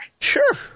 Sure